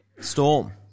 Storm